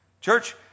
Church